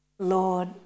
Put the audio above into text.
Lord